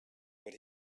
but